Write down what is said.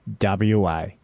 WA